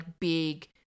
big